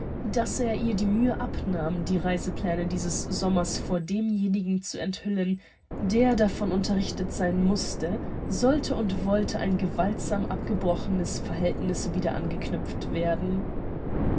daß er ihr die mühe abnahm die reisepläne dieses sommers vor demjenigen zu enthüllen der davon unterrichtet sein mußte sollte und wollte ein gewaltsam abgebrochenes verhältniß wieder angeknüpft werden